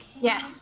Yes